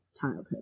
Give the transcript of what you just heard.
childhood